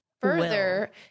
further